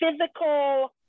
physical